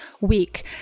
week